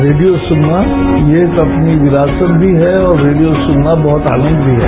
radio सुनना ये अपनी विरासत भी है और रेडियो सुनना बहुत आनंद भी है